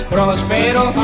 Prospero